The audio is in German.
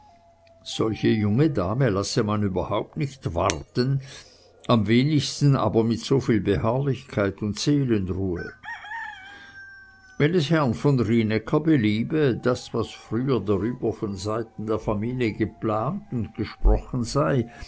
solche junge dame lasse man überhaupt nicht warten am wenigsten aber mit soviel beharrlichkeit und seelenruhe wenn es herrn von rienäcker beliebe das was früher darüber von seiten der familie geplant und gesprochen sei